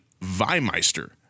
Weimeister